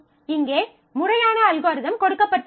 இங்கே முறையான அல்காரிதம் கொடுக்கப்பட்டுள்ளது